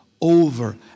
over